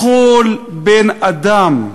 לכל בן-אדם,